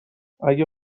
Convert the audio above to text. اگه